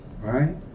right